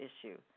issue